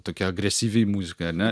tokia agresyvi muzika ane